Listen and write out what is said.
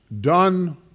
done